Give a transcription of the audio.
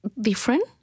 different